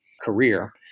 career